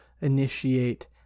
initiate